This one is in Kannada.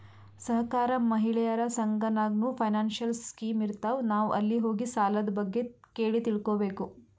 ಸಹಕಾರ, ಮಹಿಳೆಯರ ಸಂಘ ನಾಗ್ನೂ ಫೈನಾನ್ಸಿಯಲ್ ಸ್ಕೀಮ್ ಇರ್ತಾವ್, ನಾವ್ ಅಲ್ಲಿ ಹೋಗಿ ಸಾಲದ್ ಬಗ್ಗೆ ಕೇಳಿ ತಿಳ್ಕೋಬೇಕು